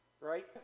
Right